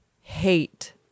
hate